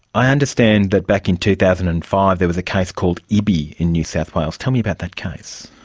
i understand that back in two thousand and five there was a case called iby in new south wales. tell me about that case.